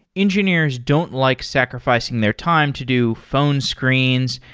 engineers don't like sacrificing their time to do phone screens,